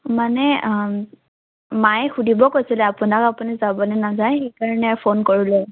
মানে মায়ে সুধিব কৈছিলে আপোনাক আপুনি যাব নে নাযায় সেইকাৰণে ফোন কৰিলোঁ